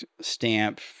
stamp